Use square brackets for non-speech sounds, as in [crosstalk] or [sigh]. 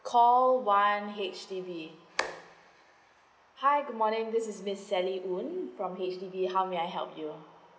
call one H_D_B [noise] hi good morning this is miss sally oon from H_D_B how may I help you